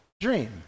dream